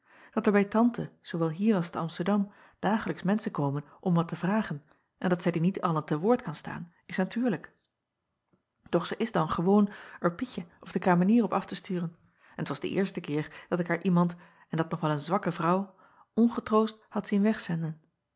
er bij ante zoowel hier als te msterdam dagelijks menschen komen om wat te vragen en dat zij die niet allen te woord kan staan is acob van ennep laasje evenster delen natuurlijk doch zij is dan gewoon er ietje of de kamenier op af te sturen en t was de eerste keer dat ik haar iemand en dat nog wel een zwakke vrouw ongetroost had zien wegzenden